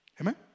Amen